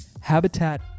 habitat